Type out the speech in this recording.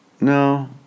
no